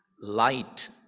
light